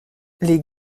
les